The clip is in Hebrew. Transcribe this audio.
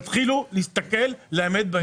תתחילו להסתכל לאמת בעיניים.